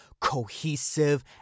cohesive